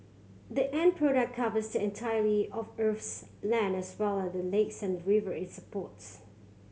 the end product covers the entirety of Earth's land as well as the lakes and river it supports